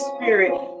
Spirit